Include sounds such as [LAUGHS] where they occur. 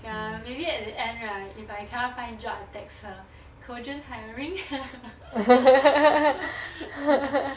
ya maybe at the end right if I cannot find job I text her cogent hiring [LAUGHS] [LAUGHS]